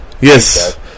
yes